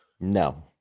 No